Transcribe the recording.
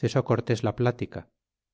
cesó cortés la plática